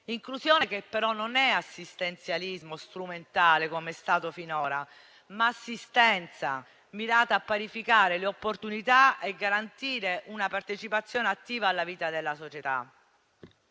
inclusione che però non è assistenzialismo strumentale - come è stato finora - ma assistenza mirata a parificare le opportunità e a garantire una partecipazione attiva alla vita della società.